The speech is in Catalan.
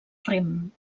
rem